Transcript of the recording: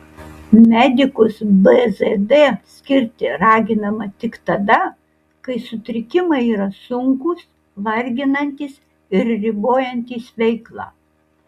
medikus bzd skirti raginama tik tada kai sutrikimai yra sunkūs varginantys ir ribojantys veiklą